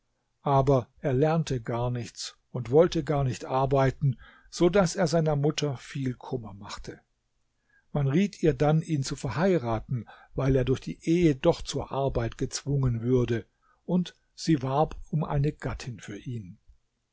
aber er lernte gar nichts und wollte gar nicht arbeiten so daß er seiner mutter viel kummer machte man riet ihr dann ihn zu verheiraten weil er durch die ehe doch zur arbeit gezwungen würde und sie warb um eine gattin für ihn